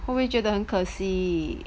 不会觉得很可惜